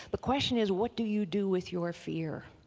the question is what do you do with your fear?